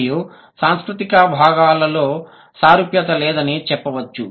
మరియు సాంస్కృతిక భాగాలలో సారూప్యత లేదని చెప్పవచ్చు